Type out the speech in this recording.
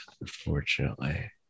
unfortunately